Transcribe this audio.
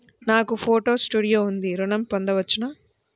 నాకు photo studio ఉంది ఋణం పొంద వచ్చునా?